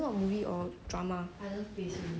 I don't really like her though